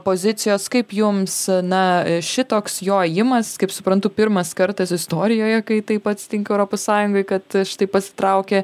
pozicijos kaip jums na šitoks jo ėjimas kaip suprantu pirmas kartas istorijoje kai taip atsitinka europos sąjungoj kad šitaip pasitraukė